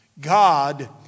God